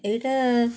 ଏଇଟା